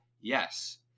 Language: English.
yes